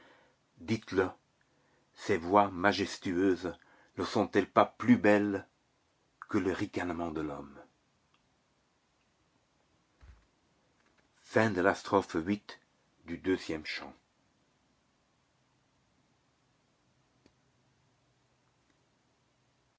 dites-le ces voix majestueuses ne sont elle pas plus belles que le ricanement de l'homme